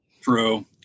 True